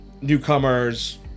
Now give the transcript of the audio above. newcomers